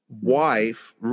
wife